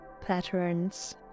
patterns